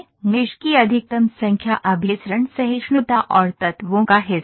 मेष की अधिकतम संख्या अभिसरण सहिष्णुता और तत्वों का हिस्सा है